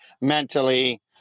mentally